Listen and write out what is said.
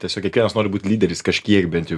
tiesiog kiekvienas nori būti lyderis kažkiek bent jau